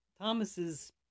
Thomas's